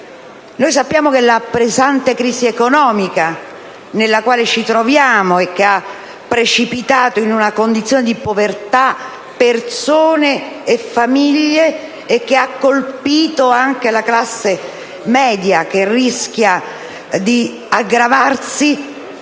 Sappiamo che la pesante crisi economica nella quale ci troviamo, che ha visto precipitare in una condizione di povertà persone e famiglie, colpendo anche la classe media, rischia di aggravarsi